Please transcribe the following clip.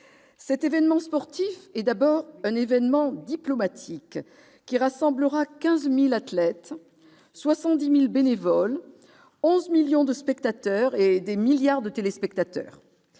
Cet événement sportif revêt tout d'abord un caractère diplomatique, puisqu'il rassemblera 15 000 athlètes, 70 000 bénévoles, 11 millions de spectateurs et des milliards de téléspectateurs.